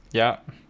yup